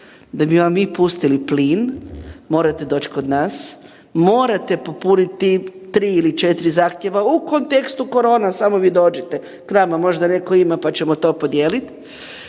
da bi vam mi pustili plin, morate doći kod nas, morate popuniti 3 ili 4 zahtjeva u kontekstu korona samo vi dođite k nama možda netko ima pa ćemo to podijeliti